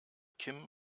kim